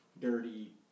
dirty